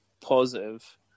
positive